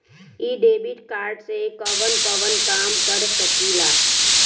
इ debit card से कवन कवन काम कर सकिला?